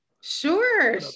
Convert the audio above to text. Sure